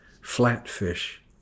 Flatfish